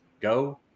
go